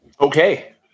Okay